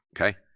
Okay